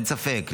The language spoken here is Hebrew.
אין ספק,